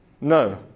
No